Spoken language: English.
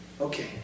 Okay